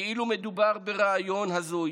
שגויה התפיסה שלפיה מדובר ברעיון הזוי,